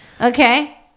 Okay